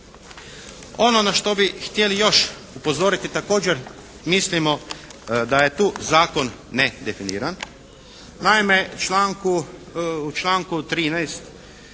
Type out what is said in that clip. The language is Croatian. Ono na što bi htjeli još upozoriti također mislimo da je tu zakon nedefiniran. Naime u članku 13.